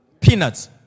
Peanuts